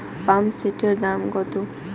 পাম্পসেটের দাম কত?